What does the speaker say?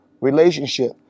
relationship